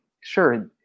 sure